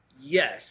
Yes